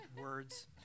Words